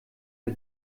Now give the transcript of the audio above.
der